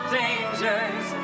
dangers